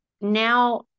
now